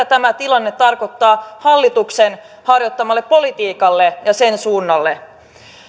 tämä tilanne tarkoittaa hallituksen harjoittamalle politiikalle ja sen suunnalle